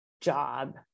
job